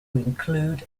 include